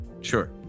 sure